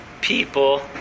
people